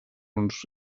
uns